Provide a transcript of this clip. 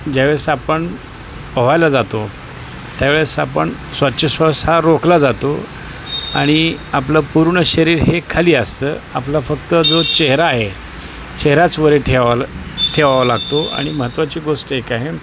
ज्यावेळेस आपण पोहायला जातो त्यावेळेस आपण श्वासोच्छ्ववास हा रोखला जातो आणि आपलं पूर्ण शरीर हे खाली असतं आपला फक्त जो चेहरा आहे चेहराच वर ठेवावा ठेवावा लागतो आणि महत्त्वाची गोष्ट एक आहे